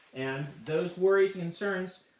and those worries and concerns